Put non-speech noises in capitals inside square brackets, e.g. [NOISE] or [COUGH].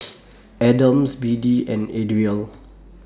[NOISE] Adams Biddie and Adriel